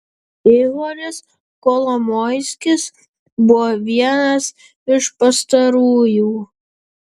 ihoris kolomoiskis buvo vienas iš pastarųjų